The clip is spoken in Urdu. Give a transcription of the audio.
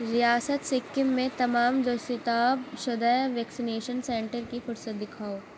ریاست سکیم میں تمام دستیاب شدہ ویکسینیشن سینٹر کی فرصت دکھاؤ